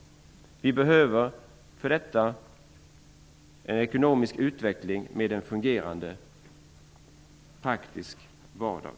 Vi behöver för detta en ekonomisk utveckling i en fungerande praktisk vardag.